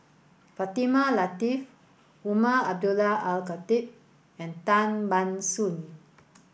Fatimah Lateef Umar Abdullah Al Khatib and Tan Ban Soon